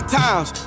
times